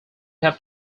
have